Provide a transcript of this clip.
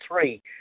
three